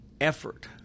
effort